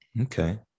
Okay